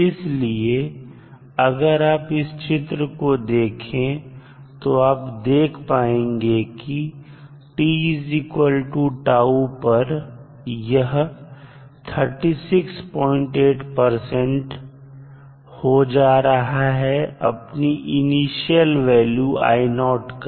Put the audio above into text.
इसलिए अगर आप इस चित्र को देखें तो आप देख पाएंगे कि t 𝛕 पर यह 368 हो जा रहा है अपनी इनिशियल वैल्यू का